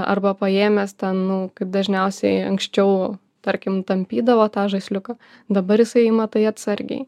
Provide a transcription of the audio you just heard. arba paėmęs tą nu kaip dažniausiai anksčiau tarkim tampydavo tą žaisliuką dabar jisai ima tai atsargiai